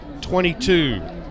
22